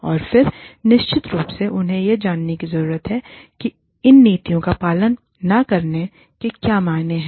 और फिर निश्चित रूप से उन्हें यह जानने की जरूरत है कि इन नीतियों का पालन न करने के क्या मायने हैं